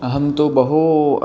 अहं तु बहु